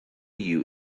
you